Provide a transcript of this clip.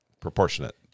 proportionate